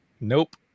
nope